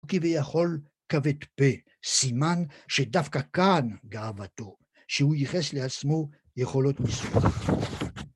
כביכול כבד פה, סימן שדווקא כאן גאוותו, שהוא ייחס לעצמו יכולות ניסוחיות.